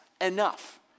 enough